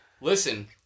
listen